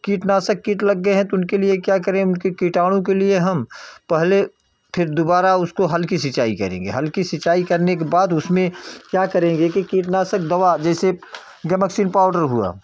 कीटनाशक कीट लग गए हैं तो उनके लिए क्या करें उन कीटाणु के लिए हम पहले फ़िर दोबारा उसको हल्की सिंचाई करेंगे हल्की सिंचाई करने के बाद उसमें क्या करेंगे कि कीटनाशक दवा जैसे गमेक्सीन पाउडर हुआ